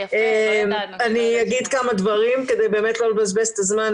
אני אגיד כמה דברים כדי לא לבזבז את הזמן.